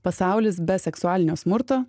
pasaulis be seksualinio smurto